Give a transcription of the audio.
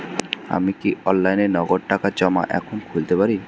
আমি কি অনলাইনে নগদ টাকা জমা এখন খুলতে পারি?